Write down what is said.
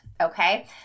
okay